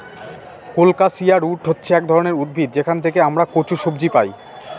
colocasia root হচ্ছে এক ধরনের উদ্ভিদ যেখান থেকে আমরা কচু সবজি পাই